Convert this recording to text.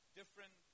different